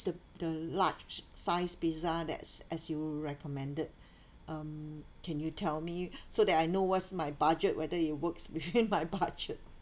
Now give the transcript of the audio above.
the the large size pizza that's as you recommended um can you tell me so that I know what's my budget whether it works within my budget